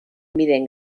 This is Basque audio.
miren